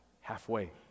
halfway